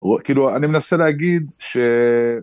וכאילו אני מנסה להגיד ש...